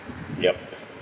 yup